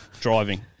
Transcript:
Driving